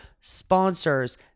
sponsors